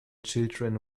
children